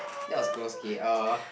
that was gross okay uh